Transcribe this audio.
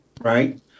right